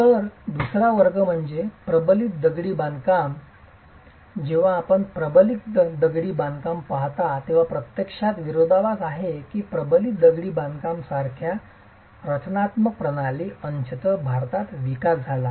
तर दुसरा वर्ग म्हणजे प्रबलित दगडी बांधकाम आणि जेव्हा आपण प्रबलित दगडी बांधकाम पाहता तेव्हा प्रत्यक्षात विरोधाभास आहे की प्रबलित दगडी बांधकाम सारख्या रचनात्मक प्रणाली अंशतः भारतात विकास झाला